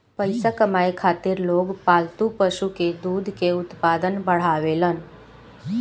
पइसा कमाए खातिर लोग पालतू पशु के दूध के उत्पादन बढ़ावेलन